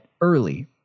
early